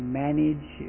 manage